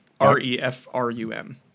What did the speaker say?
R-E-F-R-U-M